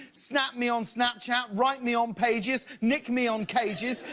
snap me on snapchat, write me on pages, nic me on cages,